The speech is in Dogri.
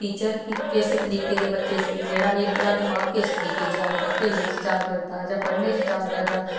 टीचर कि किस तरीके दे बच्चे जेह्ड़ा एदा दमाग किस तरीके च जा करदा खेलने च जा करदा जां पढ़ने च जा करदा